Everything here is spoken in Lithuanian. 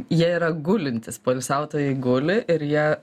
jie yra gulintys poilsiautojai guli ir jie